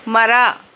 ಮರ